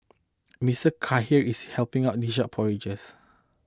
Mister Khair is helping on dish out porridge